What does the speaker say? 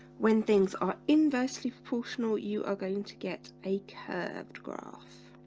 when things are inversely proportional you are going to get a curved graph